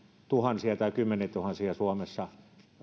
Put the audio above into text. tuhansia tai kymmeniätuhansia suomessa